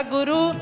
Guru